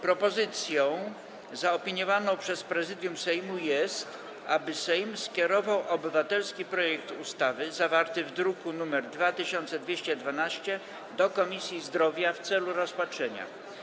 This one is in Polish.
Propozycją zaopiniowaną przez Prezydium Sejmu jest to, aby Sejm skierował obywatelski projekt ustawy zawarty w druku nr 2212 do Komisji Zdrowia w celu rozpatrzenia.